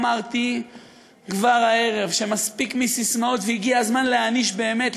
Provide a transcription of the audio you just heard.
אמרתי כבר הערב שמספיק עם ססמאות והגיע הזמן להעניש באמת.